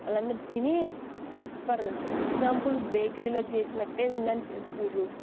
వాళ్ళందరు తిని super example బేకరీలో చేసినట్టే ఉందని చెప్పారు